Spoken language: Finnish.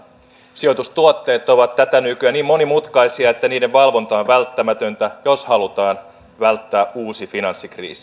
sijoitustuotteet ovat tätä nykyä niin monimutkaisia että niiden valvonta on välttämätöntä jos halutaan välttää uusi finanssikriisi